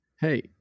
Hey